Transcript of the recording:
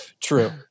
True